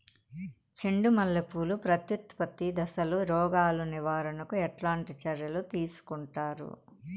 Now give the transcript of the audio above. చెండు మల్లె పూలు ప్రత్యుత్పత్తి దశలో రోగాలు నివారణకు ఎట్లాంటి చర్యలు తీసుకుంటారు?